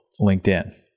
LinkedIn